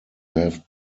have